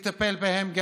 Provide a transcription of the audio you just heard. לטפל גם בהם: